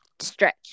stretch